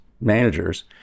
managers